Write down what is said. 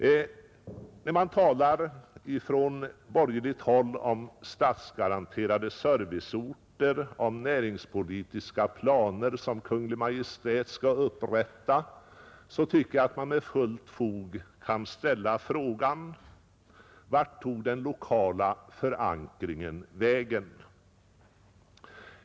Då det på borgerligt håll talas om statsgaranterade serviceorter och om näringspolitiska planer som Kungl. Maj:t skall upprätta, så anser jag att man med fullt fog kan ställa frågan: Vart tog den lokala förankringen vägen?